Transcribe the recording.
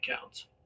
counts